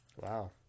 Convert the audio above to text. Wow